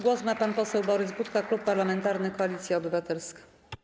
Głos ma pan poseł Borys Budka, Klub Parlamentarny Koalicja Obywatelska.